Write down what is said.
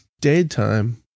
daytime